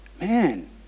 man